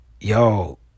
Yo